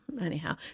Anyhow